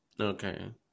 Okay